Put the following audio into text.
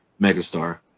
megastar